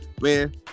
man